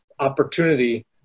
opportunity